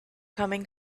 having